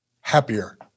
happier